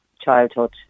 childhood